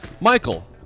Michael